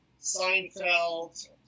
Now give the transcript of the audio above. Seinfeld